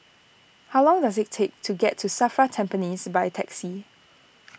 how long does it take to get to Safra Tampines by taxi